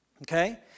Okay